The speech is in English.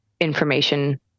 information